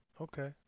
okay